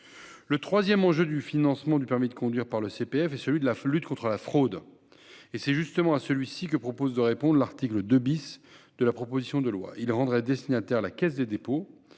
Le troisième enjeu du financement du permis de conduire par le CPF est celui de la lutte contre la fraude. C'est justement à celui-ci que propose de répondre l'article 2 , qui rendrait destinataire la Caisse des dépôts,